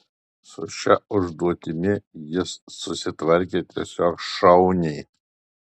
su šia užduotimi jis susitvarkė tiesiog šauniai